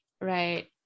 right